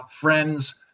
Friends